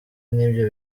n’ibyo